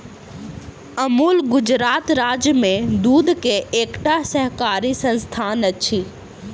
अमूल गुजरात राज्य में दूध के एकटा सहकारी संस्थान अछि